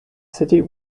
city